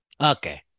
Okay